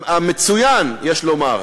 המצוין, יש לומר,